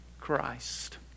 Christ